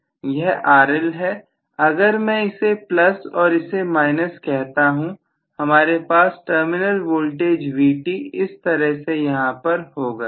यह RL है अगर मैं इसे प्लस और इसे माइनस कहता हूं हमारे पास टर्मिनल वोल्टेज Vt इस तरह से यहां पर होगा